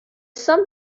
some